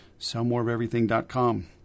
sellmoreofeverything.com